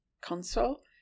console